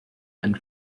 and